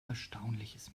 erstaunliches